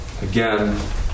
Again